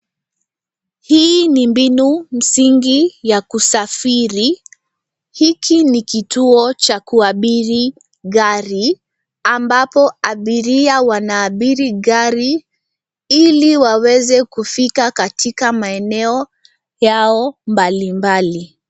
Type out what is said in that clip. Hii ni mbinu msingi ya kusafiri. Hiki ni kituo cha kuabiri gari ambapo abiria wanaabiri gari ili waweze kufika katika maeneo yao mbalimbali.